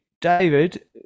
david